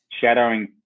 shadowing